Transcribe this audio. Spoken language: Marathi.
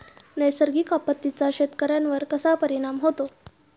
नैसर्गिक आपत्तींचा शेतकऱ्यांवर कसा परिणाम होतो?